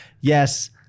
yes